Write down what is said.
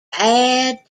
bad